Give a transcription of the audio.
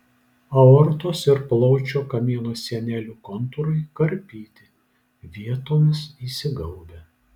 aortos ir plaučių kamieno sienelių kontūrai karpyti vietomis įsigaubę